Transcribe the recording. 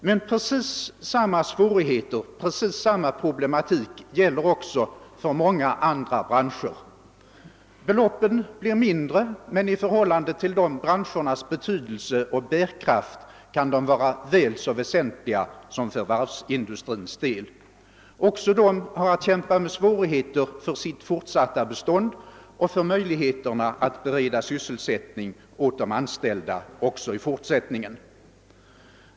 Men precis samma svårigheter och problem gäller också för många andra branscher. Beloppen där är visserligen mindre, men i förhållande till branschernas betydelse och bärkraft kan de vara väl så väsentliga som för varvsindustrins del. Också de får kämpa mot svårigheter, kämpa för sitt fortsatta bestånd och för möjligheterna att bereda sysselsättning åt de anställda även i fortsättningen.